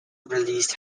released